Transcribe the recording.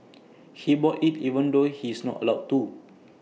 he bought IT even though he's not allowed to